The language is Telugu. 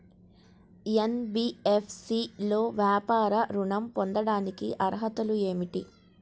ఎన్.బీ.ఎఫ్.సి లో వ్యాపార ఋణం పొందటానికి అర్హతలు ఏమిటీ?